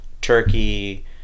turkey